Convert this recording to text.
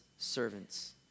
servants